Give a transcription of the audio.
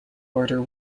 order